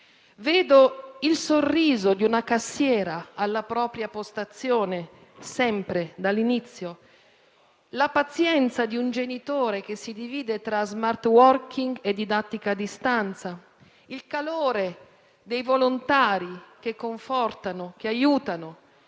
vedo il sorriso di una cassiera alla propria postazione, sempre, dall'inizio; la pazienza di un genitore che si divide tra *smart working* e didattica a distanza; il calore dei volontari che confortano, che aiutano.